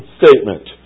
statement